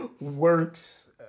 works